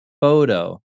photo